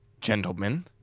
gentlemen